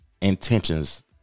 intentions